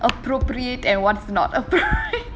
appropriate and what's not appropriate